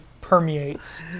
permeates